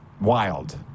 Wild